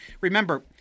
Remember